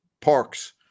parks